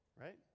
right